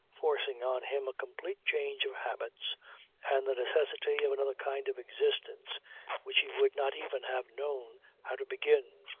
forcing on him a complete change of habits and the necessity of another kind of existence which he would not even have known how to begin.